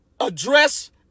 address